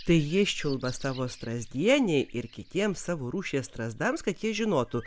tai jis čiulba savo strazdienei ir kitiems savo rūšies strazdams kad jie žinotų